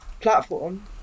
platform